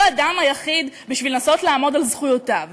הוא האדם היחיד בשביל לנסות לעמוד על זכויותיו.